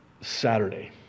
Saturday